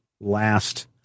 last